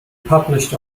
published